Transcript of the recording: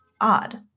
odd